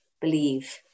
believe